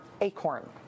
ACORN